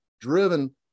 driven